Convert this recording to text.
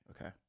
Okay